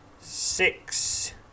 six